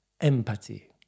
empathy